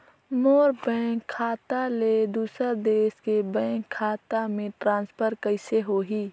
मोर bank खाता ले दुसर देश के बैंक खाता मे ट्रांसफर कइसे होही?